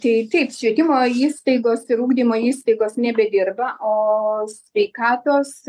tai taip švietimo įstaigos ir ugdymo įstaigos nebedirba o sveikatos